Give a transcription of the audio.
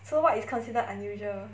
so what is considered unusual